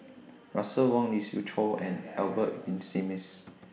Russel Wong Lee Siew Choh and Albert Winsemius